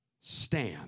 stand